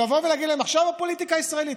לבוא ולהגיד לה: עכשיו הפוליטיקה הישראלית,